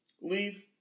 Leave